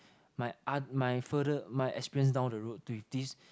my aunt my further my experience down the road with this